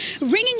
ringing